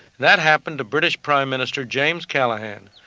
that happened to british prime minister james callahan,